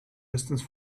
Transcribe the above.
distance